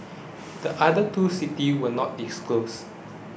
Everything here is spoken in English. the other two cities were not disclosed